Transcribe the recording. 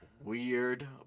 weird